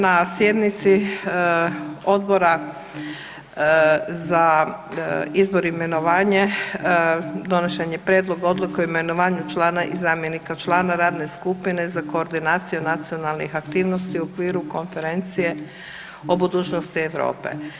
Na sjednici Odbora za izbor i imenovanje donesen je Prijedlog odluke o imenovanju člana i zamjenika člana Radne skupine za koordinaciju nacionalnih aktivnosti u okviru Konferencije o budućnosti Europe.